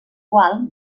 qual